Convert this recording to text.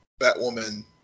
Batwoman